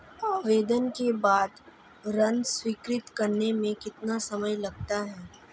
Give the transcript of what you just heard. आवेदन के बाद ऋण स्वीकृत करने में कितना समय लगता है?